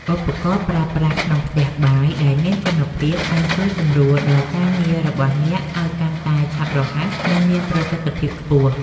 ឧបករណ៍ប្រើប្រាស់ក្នុងផ្ទះបាយដែលមានគុណភាពនឹងជួយសម្រួលដល់ការងាររបស់អ្នកឱ្យកាន់តែឆាប់រហ័ស និងមានប្រសិទ្ធភាពខ្ពស់។